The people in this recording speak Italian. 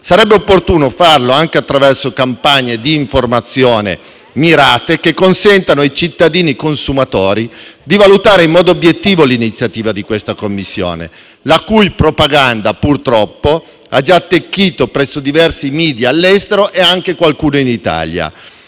Sarebbe opportuno farlo anche attraverso campagne di informazione mirate, che consentano ai cittadini consumatori di valutare in modo obiettivo l'iniziativa di questa commissione, la cui propaganda purtroppo ha già attecchito presso diversi *media* all'estero e, alcuni, anche in Italia,